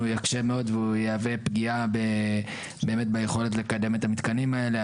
הוא יקשה מאוד והוא יהווה פגיעה באמת ביכולת לקדם את המתקנים האלה.